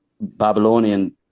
Babylonian